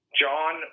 John